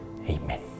Amen